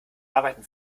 arbeiten